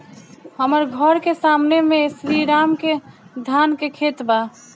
हमर घर के सामने में श्री राम के धान के खेत बा